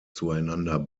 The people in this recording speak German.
zueinander